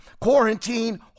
quarantine